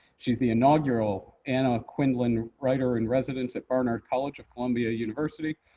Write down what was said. she's the inaugural anna quindlen writer in residence at barnard college at columbia university.